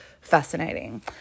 fascinating